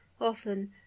often